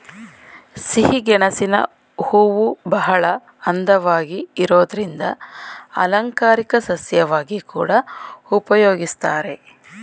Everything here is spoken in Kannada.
ಸಿಹಿಗೆಣಸಿನ ಹೂವುಬಹಳ ಅಂದವಾಗಿ ಇರೋದ್ರಿಂದ ಅಲಂಕಾರಿಕ ಸಸ್ಯವಾಗಿ ಕೂಡಾ ಉಪಯೋಗಿಸ್ತಾರೆ